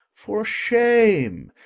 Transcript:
for shame,